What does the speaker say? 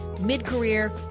mid-career